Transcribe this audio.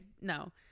no